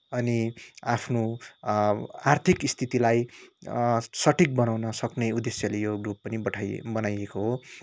आफ्नो आर्थिक स्थितिलाई सठिक बनाउन सक्ने उद्देश्यले यो ग्रुप पनि बनाइएको हो